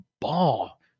ball